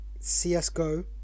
CSGO